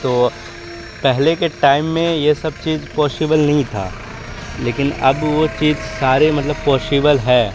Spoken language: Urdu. تو پہلے کے ٹائم میں یہ سب چیز پاشیبل نہیں تھا لیکن اب وہ چیز سارے مطلب پاشیبل ہے